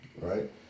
right